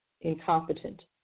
incompetent